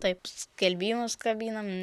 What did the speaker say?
taip skelbimus kabinam